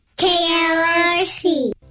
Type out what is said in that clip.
KLRC